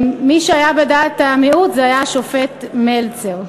מי שהיה בדעת המיעוט היה השופט מלצר.